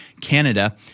canada